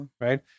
right